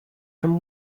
from